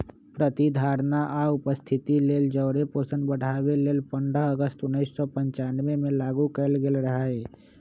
प्रतिधारणा आ उपस्थिति लेल जौरे पोषण बढ़ाबे लेल पंडह अगस्त उनइस सौ पञ्चानबेमें लागू कएल गेल रहै